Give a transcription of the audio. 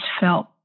felt